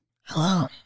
Hello